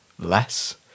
less